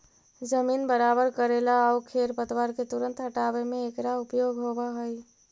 जमीन बराबर कऽरेला आउ खेर पतवार के तुरंत हँटावे में एकरा उपयोग होवऽ हई